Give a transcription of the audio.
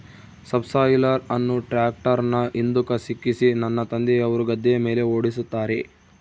subsoiler ಅನ್ನು ಟ್ರ್ಯಾಕ್ಟರ್ನ ಹಿಂದುಕ ಸಿಕ್ಕಿಸಿ ನನ್ನ ತಂದೆಯವರು ಗದ್ದೆಯ ಮೇಲೆ ಓಡಿಸುತ್ತಾರೆ